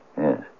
Yes